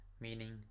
meaning